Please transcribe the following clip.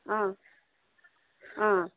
অঁ অঁ